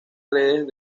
redes